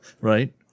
right